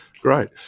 great